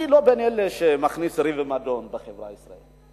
אני לא בין אלה שמכניסים ריב ומדון בחברה הישראלית.